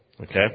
Okay